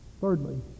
thirdly